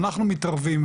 אנחנו מתערבים,